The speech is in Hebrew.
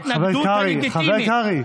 6,212 אירועי טרור פלסטיני, חבר הכנסת קרעי.